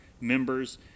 members